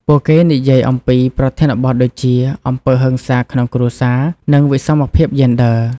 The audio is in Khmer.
ពួកគេនិយាយអំពីប្រធានបទដូចជា អំពើហិង្សាក្នុងគ្រួសារ និងវិសមភាពយេនឌ័រ។